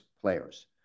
players